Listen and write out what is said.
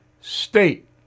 State